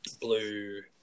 blue